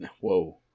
Whoa